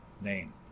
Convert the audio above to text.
name